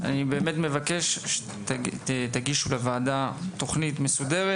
אני באמת מבקש שתגישו לוועדה תוכנית מסודרת,